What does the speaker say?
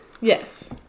Yes